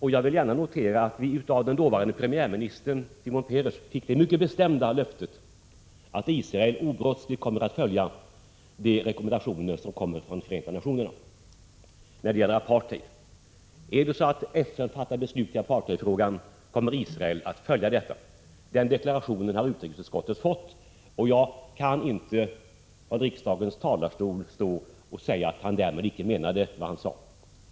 Vi fick av den dåvarande premiärministern Shimon Peres det mycket bestämda löftet att Israel obrottsligt kommer att följa FN-rekommendationer när det gäller apartheid. Om FN beslutar i apartheidfrågan, kommer Israel att följa detta. Den deklarationen har utrikesutskottet fått. Jag kan inte stå i riksdagens talarstol och säga att Shimon Peres därmed icke menade vad han sade.